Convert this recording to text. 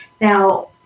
Now